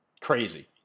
Crazy